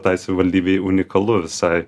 tai savivaldybei unikalu visai